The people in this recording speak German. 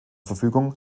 verfügung